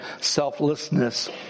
selflessness